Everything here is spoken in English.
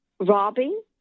robbing